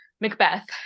Macbeth